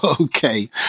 Okay